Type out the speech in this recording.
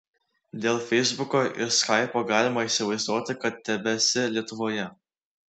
dėl feisbuko ir skaipo galima įsivaizduoti kad tebesi lietuvoje